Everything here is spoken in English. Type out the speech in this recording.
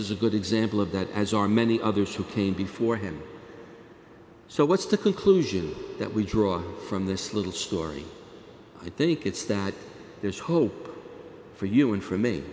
is a good example of that as are many others who came before him so what's the conclusion that we draw from this little story i think it's that there's hope for you and for me